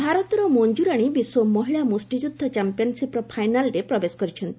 boxing ଭାରତର ମଞ୍ଜୁରାଣୀ ବିଶ୍ୱ ମହିଳା ମୁଷ୍ଟିଯୁଦ୍ଧ ଚାମ୍ପିୟନ୍ସିପ୍ର ଫାଇନାଲ୍ରେ ପ୍ରବେଶ କରିଛନ୍ତି